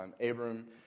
Abram